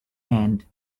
and